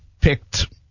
picked